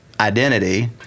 identity